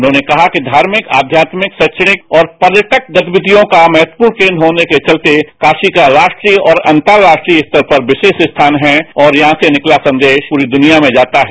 उन्होने कहा कि धार्मिक आध्यात्मिक सैक्षणिक और पर्यटक गतिविधियों का महत्वपूर्ण केंद्र होने के चलते काशी का राष्ट्रीय और अंतरणष्ट्रीय स्तर पर विरोष स्थान है और यहां से निकला संदेश पूरी दुनिया में जाता है